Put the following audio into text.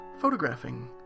photographing